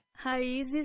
Raízes